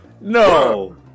No